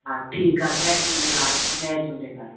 हा ठीकु आहे जय झूलेलाल जय झूलेलाल